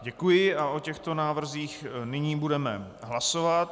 Děkuji a o těchto návrzích nyní budeme hlasovat.